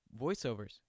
voiceovers